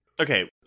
okay